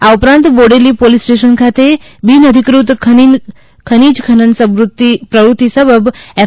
આ ઉપરાંત Bodeli police station ખાતે બિન અધિકૃત ખનીજ ખનન પ્રવૃતિ સબબ એફ